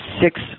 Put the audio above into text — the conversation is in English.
six